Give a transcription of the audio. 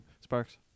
Sparks